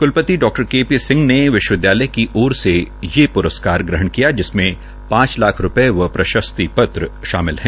कुलपति डा K P Singh ने विश्वविद्वयालय की ओर से ये प्रस्कार ग्रहण किया जिमसें पांच लाख रूपये व प्रशस्ति पत्र शामिल है